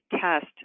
test